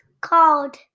called